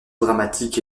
dramatique